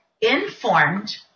informed